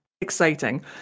exciting